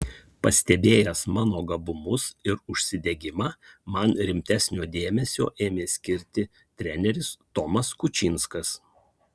pastebėjęs mano gabumus ir užsidegimą man rimtesnio dėmesio ėmė skirti treneris tomas kučinskas